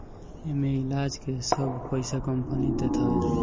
एमे इलाज के सब पईसा कंपनी देत हवे